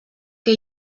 què